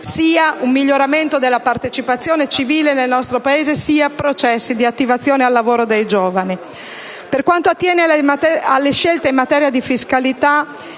sia un miglioramento della partecipazione civile nel nostro Paese sia processi di attivazione al lavoro dei giovani. Per quanto attiene alle scelte in materia di fiscalità,